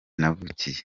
navukiye